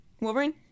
Wolverine